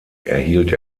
erhielt